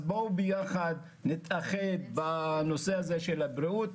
אז בואו נתאחד בנושא הזה של הבריאות.